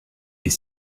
est